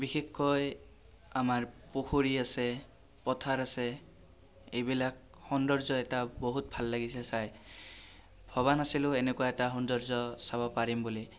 বিশেষকৈ আমাৰ পুখুৰী আছে পথাৰ আছে এইবিলাক সৌন্দৰ্য এটা বহুত ভাল লাগিছে চাই ভবা নাছিলোঁ এনেকুৱা এটা সৌন্দৰ্য চাব পাৰিম বুলি